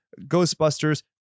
Ghostbusters